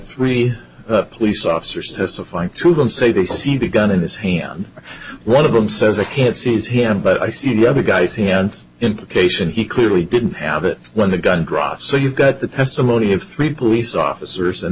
three police officers testify to him say they see the gun in his hand or one of them says a hit sees him but i see the other guy's hand implication he clearly didn't have it when the gun drops so you've got the testimony of three police officers and